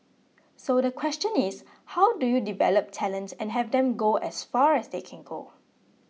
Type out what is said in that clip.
so the question is how do you develop talent and have them go as far as they can go